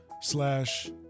slash